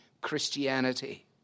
Christianity